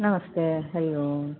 नमस्ते हरिओम्